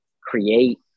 create